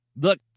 Look